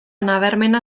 nabarmena